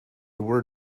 were